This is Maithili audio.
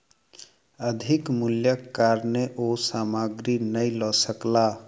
अधिक मूल्यक कारणेँ ओ सामग्री नै लअ सकला